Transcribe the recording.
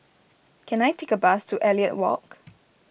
can I take a bus to Elliot Walk